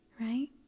right